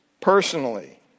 personally